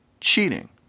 cheating